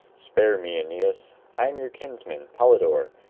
spare me, aeneas i am your kinsman, polydore,